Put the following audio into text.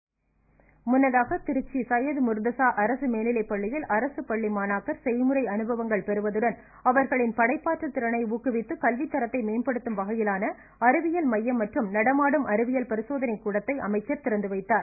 அமைச்சர் வாய்ஸ் முன்னதாக திருச்சி சையத் முர்துசா அரசு மேல்நிலைப்பள்ளியில் அரசு பள்ளி மாணாக்கர் செய்முறை அனுபவங்கள் பெறுவதுடன் அவர்களின் படைப்பாற்றல் திறனை ஊக்குவித்து கல்வித்தரத்தை மேம்படுத்தப்படும் வகையிலான அறிவியல் மையம் மற்றும் நடமாடும் அறிவியல் பரிசோதனைக் கூடத்தை அமைச்சர் திறந்து வைத்தார்